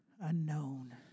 unknown